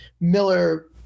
Miller